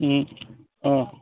ହୁଁ ହଁ